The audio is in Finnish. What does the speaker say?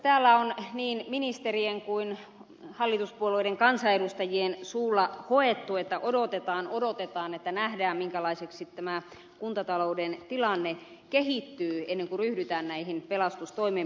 täällä on niin ministerien kuin hallituspuolueiden kansanedustajien suulla hoettu että odotetaan odotetaan että nähdään minkälaiseksi tämä kuntatalouden tilanne kehittyy ennen kuin ryhdytään näihin pelastustoimenpiteisiin